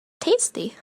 tasty